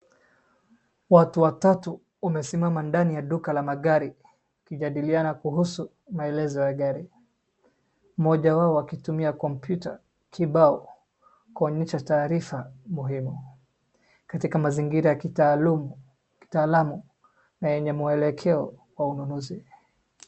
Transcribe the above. Watu watatu wamesimama ndani ya duka la magari wakijadiliana kuhusu maelezo ya gari. Mmoja wao akitumia kompyuta kibao kuoyesha taarifa muhumi katika mazingira ya kitaalamu na yenye mwelekeo wa ununuzi.